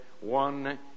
one